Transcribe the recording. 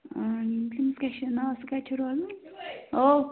تٔمس کیاہ چھ ناو سُہ کتہ چھ روزان